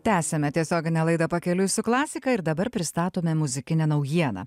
tęsiame tiesioginę laidą pakeliui su klasika ir dabar pristatome muzikinę naujieną